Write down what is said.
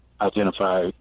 identify